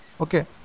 okay